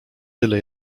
tyle